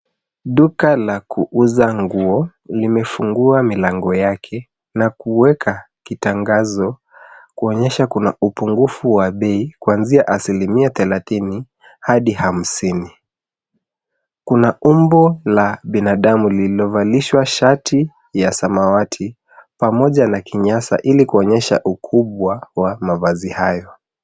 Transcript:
Duka la kuuza nguo limefungua milango yake na kuweka kitangazo kuonyesha kuna upungufu wa bei kuanzia asiliima 30 hadi 50. Kuna umbo la binadamu lililovalishwa shati la samawati pamoja na kinyasa ili kuonyesha ukubwa wa mavazi hayo.